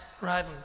right